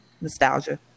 nostalgia